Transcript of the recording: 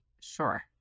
sure